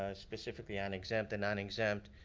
ah specifically on exempt and non-exempt.